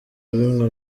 bimwe